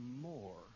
more